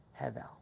Hevel